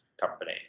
company